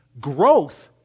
growth